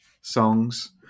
songs